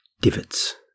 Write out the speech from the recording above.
divots